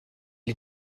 est